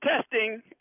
testing